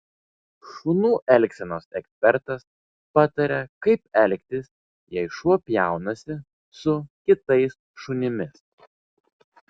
šunų elgsenos ekspertas pataria kaip elgtis jei šuo pjaunasi su kitais šunimis